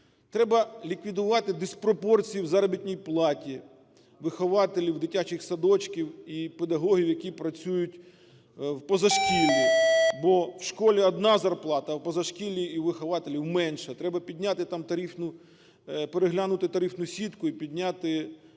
Треба ліквідувати диспропорцію в заробітній платі вихователів дитячих садочків і педагогів, які працюють в позашкіллі, бо в школі – одна зарплата, а в позашкіллі і у вихователів – менша. Треба підняти там тарифну… переглянути тарифну сітку і підняти тарифні